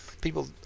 People